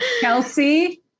Kelsey